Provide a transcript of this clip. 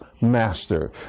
master